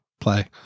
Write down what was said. play